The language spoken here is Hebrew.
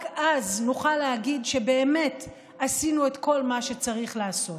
רק אז נוכל להגיד שבאמת עשינו את כל מה שצריך לעשות.